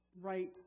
right